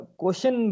question